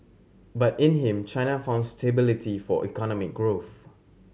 but in him China found stability for economic growth